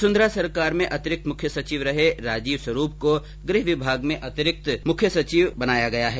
वसुंधरा सरकार में अतिरिक्त मुख्य सचिव रहे राजीव स्वरूप को गृह विभाग में अतिरिक्त मुख्य सचिव बनाया गया है